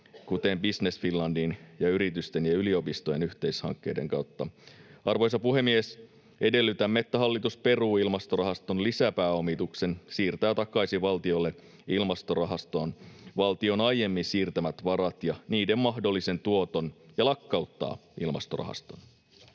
kuten Business Finlandin ja yritysten ja yliopistojen yhteishankkeiden, kautta. Arvoisa puhemies! Edellytämme, että hallitus peruu Ilmastorahaston lisäpääomituksen, siirtää takaisin valtiolle Ilmastorahastoon valtion aiemmin siirtämät varat ja niiden mahdollisen tuoton ja lakkauttaa Ilmastorahaston.